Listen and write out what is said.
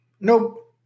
nope